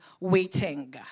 waiting